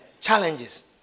Challenges